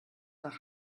nach